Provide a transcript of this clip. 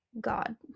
God